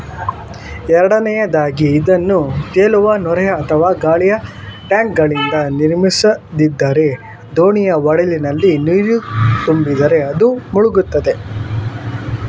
ಎರಡನೆಯದಾಗಿ ಇದನ್ನು ತೇಲುವ ನೊರೆ ಅಥವಾ ಗಾಳಿಯ ಟ್ಯಾಂಕ್ಗಳಿಂದ ನಿರ್ಮಿಸದಿದ್ದರೆ ದೋಣಿಯ ಒಡಲಿನಲ್ಲಿ ನೀರು ತುಂಬಿದರೆ ಅದು ಮುಳುಗುತ್ತದೆ